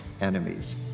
enemies